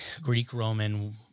Greek-Roman